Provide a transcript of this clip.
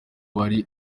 bari